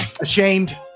ashamed